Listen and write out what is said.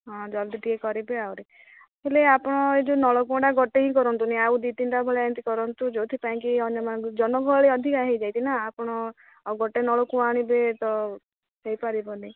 ହଁ ଜଲଦି ଟିକେ କରିବେ ଆହୁରି ହେଲେ ଆପଣ ଏଯେଉଁ ନଳକୂପଟା ଗୋଟେ ହିଁ କରନ୍ତୁନି ଆଉ ଦୁଇ ତିନିଟା ଭଳିଆ ଏମିତି କରନ୍ତୁ ଯେଉଁଥିପାଇଁ କି ଅନ୍ୟମାନଙ୍କୁ ଜନଗହଳି ଅଧିକ ହେଇଯାଇଛି ନା ଆପଣ ଆଉ ଗୋଟେ ନଳକୂଅ ଆଣିବେ ତ ହେଇପାରିବନି